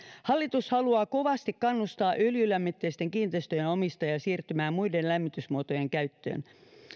hallitus haluaa kovasti kannustaa öljylämmitteisten kiinteistöjen omistajia siirtymään muiden lämmitysmuotojen käyttöön